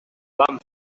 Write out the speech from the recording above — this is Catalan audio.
vam